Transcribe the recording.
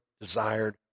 desired